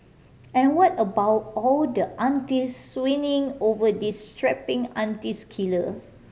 and what about all the aunty swooning over these strapping aunties killer